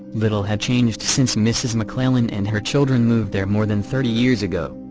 little had changed since mrs. mcclellan and her children moved there more than thirty years ago.